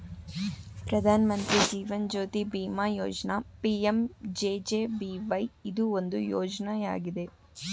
ಪ್ರಧಾನ ಮಂತ್ರಿ ಜೀವನ್ ಜ್ಯೋತಿ ಬಿಮಾ ಯೋಜ್ನ ಪಿ.ಎಂ.ಜೆ.ಜೆ.ಬಿ.ವೈ ಇದು ಒಂದು ಯೋಜ್ನಯಾಗಿದೆ